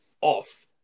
off